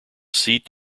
seat